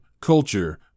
culture